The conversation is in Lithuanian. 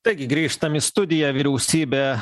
taigi grįžtam į studiją vyriausybė